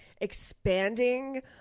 expanding